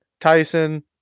Tyson